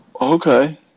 Okay